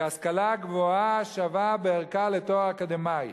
כהשכלה הגבוהה השווה בערכה לתואר אקדמי".